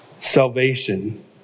salvation